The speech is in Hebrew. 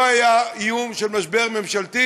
לא היה איום של משבר ממשלתי.